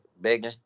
big